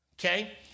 okay